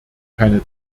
keine